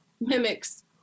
mimics